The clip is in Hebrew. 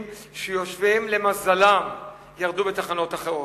שיושביהם למזלם ירדו בתחנות אחרות.